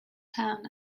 town